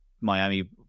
Miami